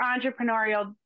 entrepreneurial